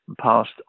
passed